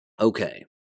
Okay